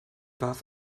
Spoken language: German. warf